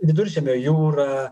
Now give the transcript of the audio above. viduržemio jūrą